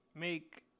make